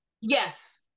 Yes